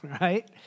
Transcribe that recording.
right